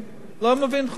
אני לא מבין חוכמות.